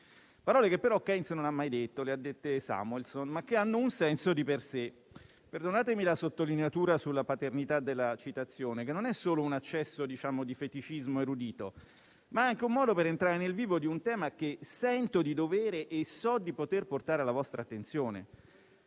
parole che, però, Keynes non ha mai detto (le ha dette Samuelson), ma che hanno un senso di per sé. Perdonatemi la sottolineatura sulla paternità della citazione, che non è solo un eccesso di feticismo erudito, ma è anche un modo per entrare nel vivo di un tema che sento di dovere e so di poter portare alla vostra attenzione: